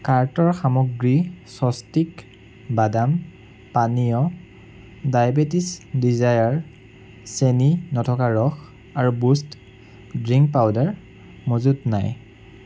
কাৰ্টৰ সামগ্ৰী স্বস্তিক বাদাম পানীয় ডাইবেটিক্ছ ডিজায়াৰ চেনি নথকা ৰস আৰু বুষ্ট ড্ৰিংক পাউডাৰ মজুত নাই